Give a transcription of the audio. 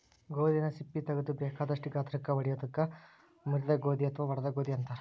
ಗೋಧಿನ ಸಿಪ್ಪಿ ತಗದು ಬೇಕಾದಷ್ಟ ಗಾತ್ರಕ್ಕ ಒಡಿಯೋದಕ್ಕ ಮುರಿದ ಗೋಧಿ ಅತ್ವಾ ಒಡದ ಗೋಧಿ ಅಂತಾರ